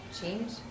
change